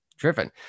driven